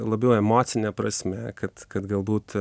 labiau emocine prasme kad kad galbūt